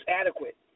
adequate